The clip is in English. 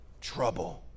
trouble